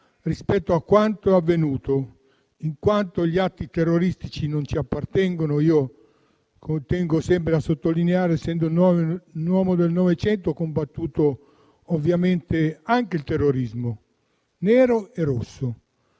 rispetto a quanto avvenuto, in quanto gli atti terroristici non ci appartengono. Tengo sempre a sottolineare, essendo un uomo del Novecento, che ho combattuto ovviamente anche il terrorismo nero e rosso,